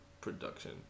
production